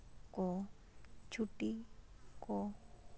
ᱠᱚ ᱪᱷᱩᱴᱤ ᱠᱚ